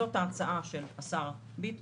זאת ההצעה של השר ביטון,